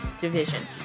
Division